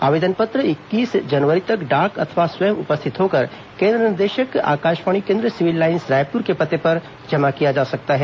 आवेदन पत्र इक्कीस जनवरी तक डाक द्वारा अथवा स्वयं उपस्थित होकर केन्द्र निदेशक आकाशवाणी केन्द्र सिविल लाईन्स रायपुर के पते पर जमा किया जा सकता है